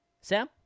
Sam